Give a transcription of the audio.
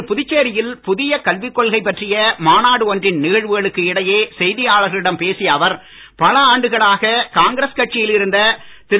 இன்று புதுச்சேரியில் புதிய கல்விக் கொள்கை பற்றிய மாநாடு ஒன்றின் நிகழ்வுகளுக்கு இடையே செய்தியாளர்களிடம் பேசிய அவர் பல ஆண்டுகளாக காங்கிரஸ் கட்சியில் இருந்த திரு